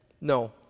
No